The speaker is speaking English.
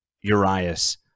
Urias